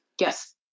Yes